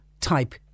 type